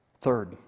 Third